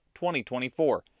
2024